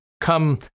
come